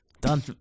done